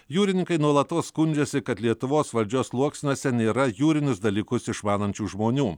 jūrininkai nuolatos skundžiasi kad lietuvos valdžios sluoksniuose nėra jūrinius dalykus išmanančių žmonių